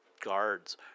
guards